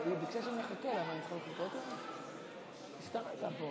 ההצעה להעביר לוועדה את הצעת חוק